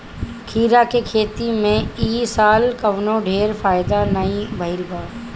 खीरा के खेती में इ साल कवनो ढेर फायदा नाइ भइल हअ